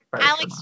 Alex